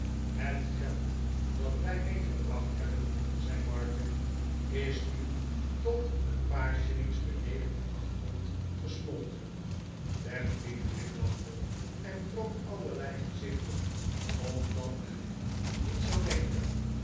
het geld dat wij meegebracht hebben zei martin is nu tot een paar shillings beneden de acht pond gesmolten tapley glimlachte en trok allerlei gezichten opdat men niet zou denken